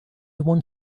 want